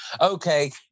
okay